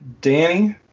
Danny